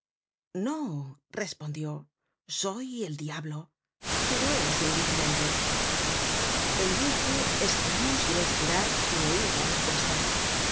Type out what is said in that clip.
no respondió soy el diablo pero es indiferente el viejo esclamó sin esperar ni oir la respuesta qué